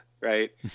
right